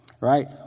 right